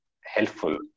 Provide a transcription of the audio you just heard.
helpful